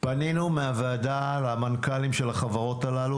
פנינו מהוועדה למנכ"לים של החברות הללו,